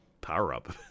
power-up